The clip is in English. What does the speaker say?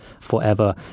forever